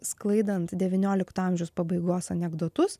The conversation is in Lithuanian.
sklaidant devyniolikto amžiaus pabaigos anekdotus